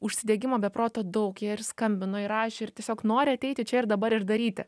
užsidegimo be proto daug jie ir skambino ir rašė ir tiesiog nori ateiti čia ir dabar ir daryti